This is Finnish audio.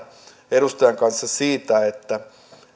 edustajan kanssa siitä että